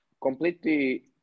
completely